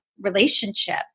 relationship